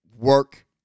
work